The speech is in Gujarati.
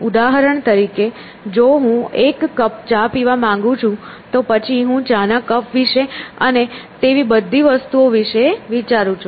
ઉદાહરણ તરીકે જો હું એક કપ ચા પીવા માંગુ છું તો પછી હું ચા ના કપ વિશે અને અને તેવી બીજી વસ્તુઓ વિશે વિચારું છું